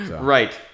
Right